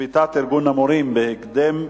שביתת ארגון המורים בהקדם,